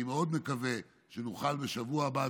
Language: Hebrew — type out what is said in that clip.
אני מאוד מקווה שנוכל בשבוע הבא,